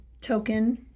token